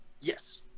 Yes